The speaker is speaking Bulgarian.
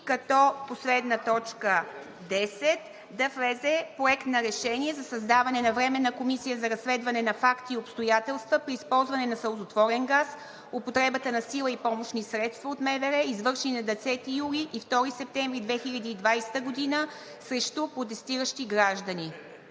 като последна точка 10 да влезе Проект на решение за създаване на временна комисия за разследване на факти и обстоятелства при използване на сълзотворен газ, употребата на сила и помощни средства от МВР, извършени на 10 юли и 2 септември 2020 г. срещу протестиращи граждани.